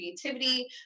creativity